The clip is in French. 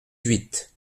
huit